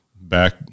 back